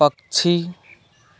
पक्षी